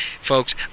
folks